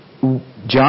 John